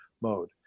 mode